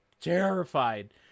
terrified